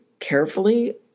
carefully